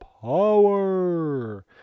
power